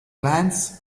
glands